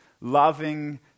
loving